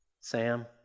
Sam